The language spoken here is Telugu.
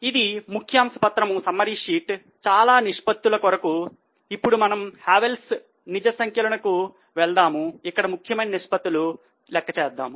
ఇది ముఖ్యాంశ పత్రము చాలా నిష్పత్తులు కొరకు ఇప్పుడు మనము Havells నిజ సంఖ్యలకు వెళదాము మరియు ముఖ్యమైన నిష్పత్తులు లెక్క చేద్దాం